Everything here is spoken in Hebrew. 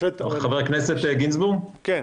צריך